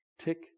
tick